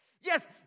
Yes